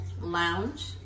lounge